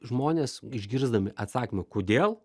žmonės išgirsdami atsakymą kodėl